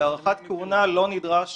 בהערכת כהונה לא נדרש